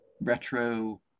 retro